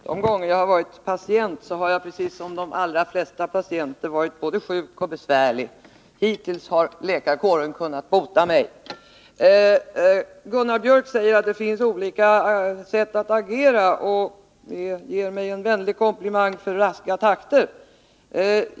Herr talman! De gånger som jag har varit patient har jag, precis som de allra flesta patienter, varit både sjuk och besvärlig. Hittills har läkarkåren kunnat bota mig. Gunnar Biörck i Värmdö säger att det finns olika sätt att agera och ger mig en vänlig komplimang för raska takter.